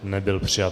Nebyl přijat.